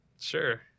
Sure